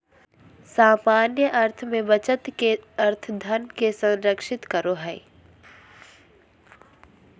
सामान्य अर्थ में बचत के अर्थ धन के संरक्षित करो हइ